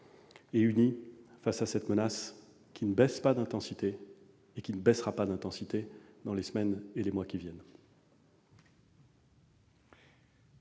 et unis face à cette menace qui ne baisse pas d'intensité et qui ne baissera pas d'intensité dans les semaines et les mois à venir.